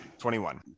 21